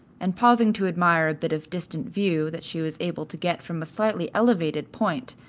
and pausing to admire a bit of distant view that she was able to get from a slightly elevated point,